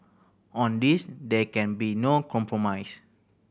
on this there can be no compromise